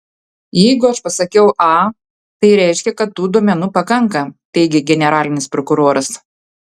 jeigu aš pasakiau a tai reiškia kad tų duomenų pakanka teigė generalinis prokuroras